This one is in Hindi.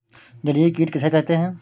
जलीय कीट किसे कहते हैं?